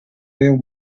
veu